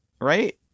Right